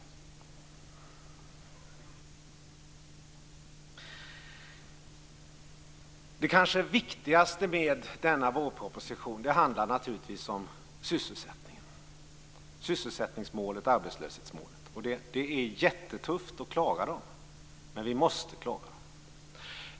Det kanske viktigaste i denna vårproposition är naturligtvis sysselsättningen, sysselsättningsmålet och arbetslöshetsmålet. Det är jättetufft att klara dem, men vi måste klara dem.